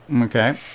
Okay